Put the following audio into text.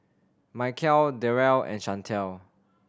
Mykel Darrell and Shantell